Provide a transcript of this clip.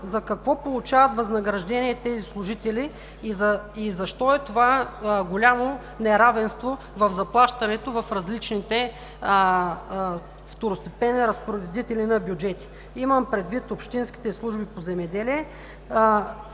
за какво получават възнаграждение тези служители и защо е това голямо неравенство в заплащането в различните второстепенни разпоредители на бюджети? Имам предвид общинските служби по земеделие